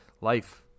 life